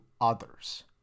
others